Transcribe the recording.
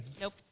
Nope